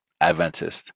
Adventist